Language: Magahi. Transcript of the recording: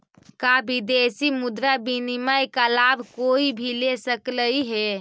का विदेशी मुद्रा विनिमय का लाभ कोई भी ले सकलई हे?